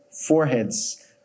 foreheads